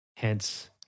Hence